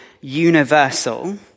universal